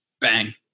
Bang